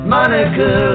Monica